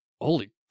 Holy